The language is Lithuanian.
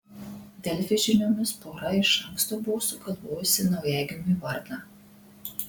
delfi žiniomis pora iš anksto buvo sugalvojusi naujagimiui vardą